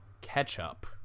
ketchup